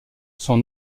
son